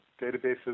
databases